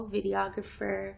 Videographer